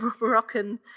Moroccan